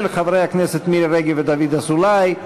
של חברי הכנסת מירי רגב ודוד אזולאי.